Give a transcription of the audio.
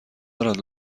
دارد